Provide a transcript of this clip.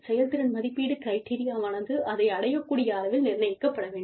செயல்திறன் மதிப்பீட்டு கிரிட்டெரியாவானது அதை அடையக் கூடிய அளவில் நிர்ணயிக்கப்பட வேண்டும்